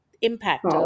impact